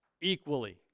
equally